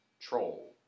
troll